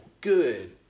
good